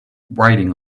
writing